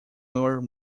were